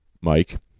Mike